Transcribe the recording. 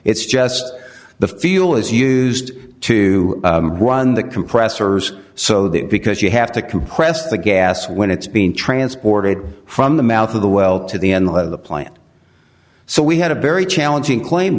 it's just the fuel is used to run the compressors so that because you have to compress the gas when it's being transported from the mouth of the well to the end of the plant so we had a very challenging claim